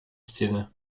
szene